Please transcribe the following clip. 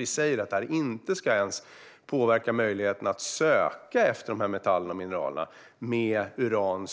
Vi säger att det här inte ens ska påverka möjligheten att söka efter de här metallerna och mineralerna. Uran